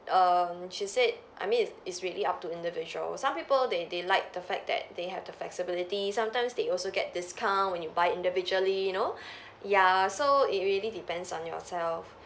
um she said I mean it's it's really up to individual some people they they liked the fact that they have the flexibility sometimes they also get discount when you buy individually you know ya so it really depends on yourself